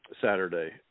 Saturday